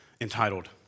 entitled